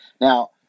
now